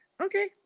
Okay